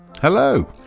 Hello